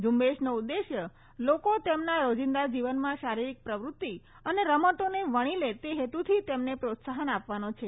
ઝુંબેશનો ઉદ્દેશ લોકો તેમના રોજીંદા જીવનમાં શારીરીક પ્રવૃત્તિ અને રમતોને વણી લે તે હેતુથી તેમને પ્રોત્સાહન આપવાનો છે